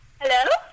Hello